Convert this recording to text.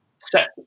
set